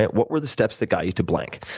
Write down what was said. what were the steps that got you to blank?